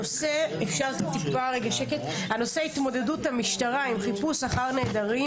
הנושא הוא התמודדות המשטרה עם חיפוש אחר נעדרים,